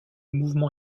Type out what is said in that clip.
mouvement